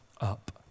up